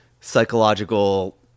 psychological